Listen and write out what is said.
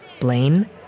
Blaine